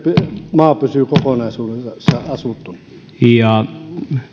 maa pysyy kokonaisuudessa asuttuna